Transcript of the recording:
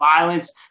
violence